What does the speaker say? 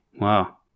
Wow